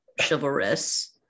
chivalrous